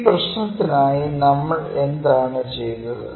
ഈ പ്രശ്നത്തിനായി നമ്മൾ എന്താണ് ചെയ്തത്